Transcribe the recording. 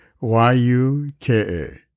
Y-U-K-A